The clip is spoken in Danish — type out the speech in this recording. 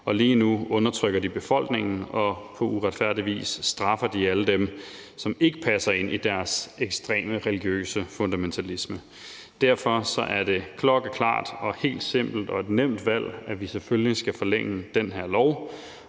Lige nu undertrykker de befolkningen, og på uretfærdig vis straffer de alle dem, som ikke passer ind i deres ekstreme religiøse fundamentalisme. Derfor er det klokkeklart og et helt simpelt og nemt valg, at vi selvfølgelig skal forlænge den her lov.